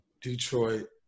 Detroit